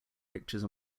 pictures